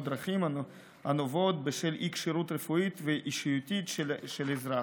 דרכים הנובעות מאי-כשירות רפואית ואישיותית של אזרח,